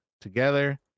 together